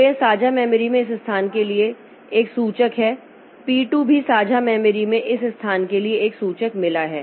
तो यह साझा मेमोरी में इस स्थान के लिए एक सूचक है पी 2 भी साझा मेमोरी में इस स्थान के लिए एक सूचक मिला है